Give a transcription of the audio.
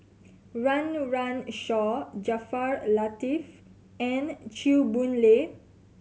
Run Run Shaw Jaafar Latiff and Chew Boon Lay